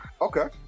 okay